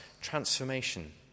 transformation